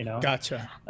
Gotcha